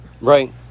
Right